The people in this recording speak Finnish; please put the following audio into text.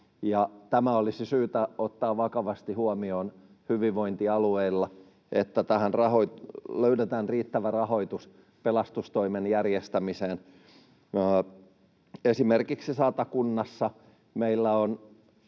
Tämä olisi syytä ottaa vakavasti huomioon hyvinvointialueilla, että löydetään riittävä rahoitus pelastustoimen järjestämiseen. Esimerkiksi Satakunnassa meillä on